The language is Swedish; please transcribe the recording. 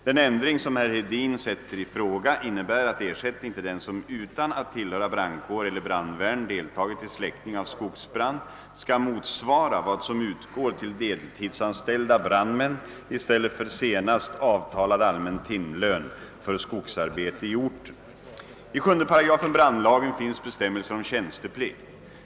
Den ändring som herr Hedin sätter i fråga innebär att ersättning till den som utan att tillhöra brandkår eller brandvärn I 7 § brandlagen finns bestämmelser om tjänsteplikt.